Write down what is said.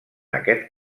aquest